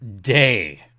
day